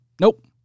nope